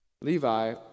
Levi